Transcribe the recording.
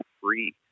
free